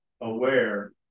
aware